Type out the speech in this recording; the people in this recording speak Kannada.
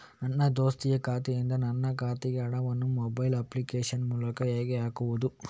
ನನ್ನ ದೋಸ್ತಿಯ ಖಾತೆಯಿಂದ ನನ್ನ ಖಾತೆಗೆ ಹಣವನ್ನು ಮೊಬೈಲ್ ಅಪ್ಲಿಕೇಶನ್ ಮೂಲಕ ಹೇಗೆ ಹಾಕುವುದು?